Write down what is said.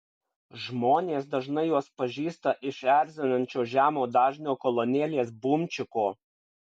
žmonės dažnai juos pažįsta iš erzinančio žemo dažnio kolonėlės bumčiko